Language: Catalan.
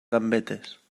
gambetes